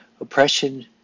Oppression